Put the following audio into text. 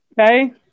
Okay